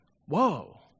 whoa